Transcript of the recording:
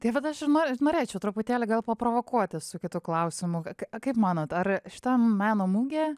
tai vat aš ir no norėčiau truputėlį gal paprovokuoti su kitu klausimu kad kaip manot ar šitam meno mugė